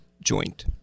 joint